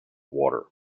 water